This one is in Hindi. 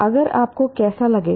अगर आपको कैसा लगेगा